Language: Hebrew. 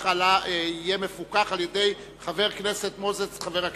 יהיה מפוקח על-ידי חבר כנסת מוזס, חבר הכנסת?